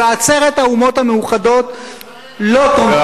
ובעצרת האומות המאוחדות לא תומכים,